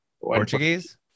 Portuguese